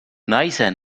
naise